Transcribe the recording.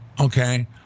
Okay